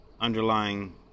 underlying